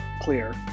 clear